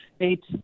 eight